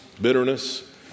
bitterness